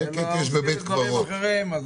אלא עוסקים בדברים אחרים.